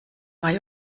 bei